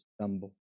stumble